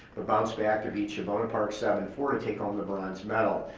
but bounced back to beat chivora park seven-four to take home the bronze medal.